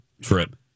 trip